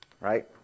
right